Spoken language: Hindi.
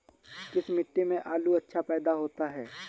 किस मिट्टी में आलू अच्छा पैदा होता है?